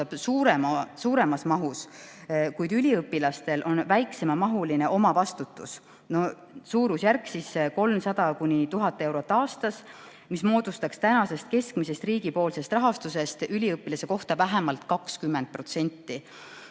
suuremas mahus, kuid üliõpilastel on väiksemamahuline omavastutus, suurusjärgus 300–1000 eurot aastas, mis moodustaks tänasest keskmisest riigipoolsest rahastusest üliõpilase kohta vähemalt 20%.